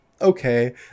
okay